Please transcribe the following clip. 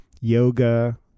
yoga